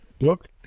look